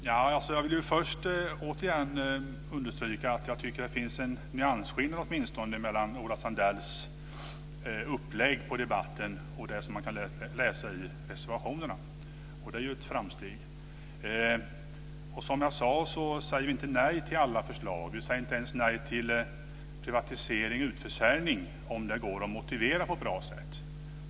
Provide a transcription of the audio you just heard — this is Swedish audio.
Fru talman! Jag vill först återigen understryka att jag tycker att det åtminstone finns en nyansskillnad mellan Ola Sundells uppläggning av debatten och det som man kan läsa i reservationerna, och det är ju ett framsteg. Som jag sade säger vi inte nej till alla förslag. Vi säger inte ens nej till privatisering och utförsäljning, om det går att motivera på ett bra sätt.